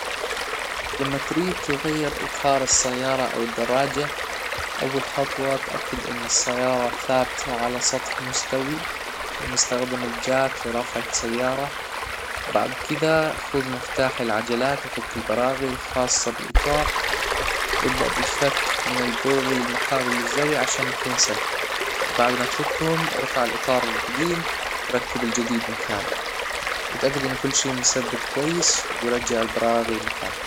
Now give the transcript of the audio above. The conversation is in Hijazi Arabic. لما تريد تغير اطار السيارة او الدراجة اول خطوة تأكد ان السيارة ثابتة على سطح مستوي ثم استخدم الجاك لرفع السيارة بعد كذا خذ مفتاح العجلات وفك البراغي الخاصة بالإطار وابدأ بالفك من البرغي المقابل للزاوية عشان يكون سهل وبعد ما تفكهم ارفع الاطار الجديم وركب الجديد مكانه وإتأكد ان كل شي مثبت كويس ورجع البراغي مكانها